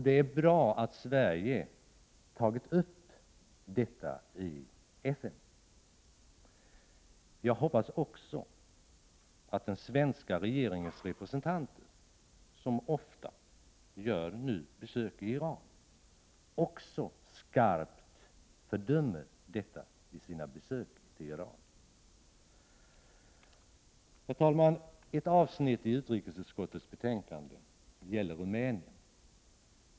Det är bra att Sverige tagit upp detta i FN. Jag hoppas också att den svenska regeringens representanter, som ofta gör besök i Iran, skarpt fördömer detta vid sina besök i Teheran. Herr talman! Ett avsnitt i betänkandet gäller Rumänien.